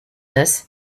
this